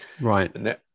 Right